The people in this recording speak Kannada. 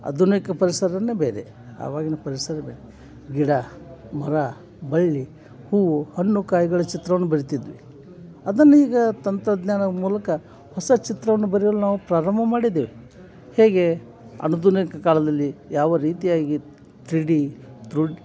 ಆಧುನಿಕ ಪರ್ಸರವೇ ಬೇರೆ ಅವಾಗಿನ ಪರಿಸರ ಬೇರೆ ಗಿಡ ಮರ ಬಳ್ಳಿ ಹೂವು ಹಣ್ಣು ಕಾಯಿಗಳ ಚಿತ್ರವನ್ನು ಬರಿತಿದ್ವಿ ಅದನ್ನು ಈಗ ತಂತಜ್ಞಾನ ಮೂಲಕ ಹೊಸ ಚಿತ್ರವನ್ನು ಬರೆಯಲು ನಾವು ಪ್ರಾರಂಭ ಮಾಡಿದ್ದೇವೆ ಹೇಗೆ ಆಧುನಿಕ ಕಾಲದಲ್ಲಿ ಯಾವ ರೀತಿಯಾಗಿ ತ್ರೀ ಡಿ ತ್ರು